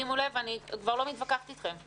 שימו לב, אני כבר לא מתווכחת אתכם.